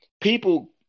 people